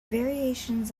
variations